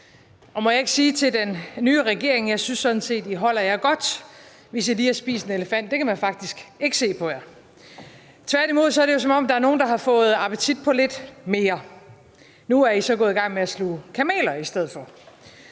Og må jeg ikke sige til den nye regering, at jeg sådan set synes, I holder jer godt, hvis I lige har spist en elefant. Det kan man faktisk ikke se på jer. Tværtimod er det, som om der er nogle, der har fået appetit på lidt mere. Nu er I så gået i gang med at sluge kameler i stedet for.